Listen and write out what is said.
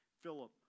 Philip